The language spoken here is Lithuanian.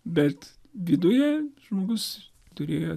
bet viduje žmogus turėjo